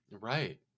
right